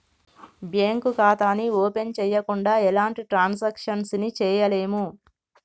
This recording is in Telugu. బ్యేంకు ఖాతాని ఓపెన్ చెయ్యకుండా ఎలాంటి ట్రాన్సాక్షన్స్ ని చెయ్యలేము